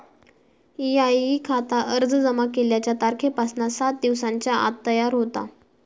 EIE खाता अर्ज जमा केल्याच्या तारखेपासना सात दिवसांच्या आत तयार होता